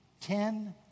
ten